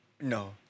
No